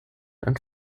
and